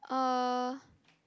uh